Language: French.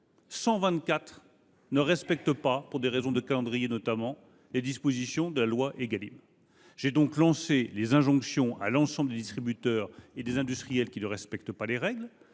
124 ne respectent pas, pour des raisons de calendrier notamment, les dispositions de la loi Égalim. J’ai donc adressé des injonctions à l’ensemble des distributeurs et des industriels qui ne respectent pas les règles